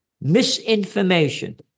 Misinformation